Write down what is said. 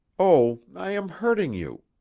oh, i am hurting you!